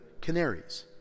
Canaries